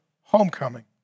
homecoming